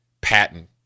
Patton